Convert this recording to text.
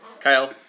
Kyle